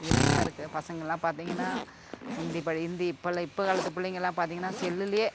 இதில் என்ன இருக்குது பசங்களாம் பார்த்திங்கன்னா ஹிந்தி படி ஹிந்தி இப்பெல்லாம் இப்போ காலத்து பிள்ளைங்களாம் பார்த்திங்கன்னா செல்லுலேயே